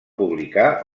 publicar